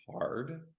hard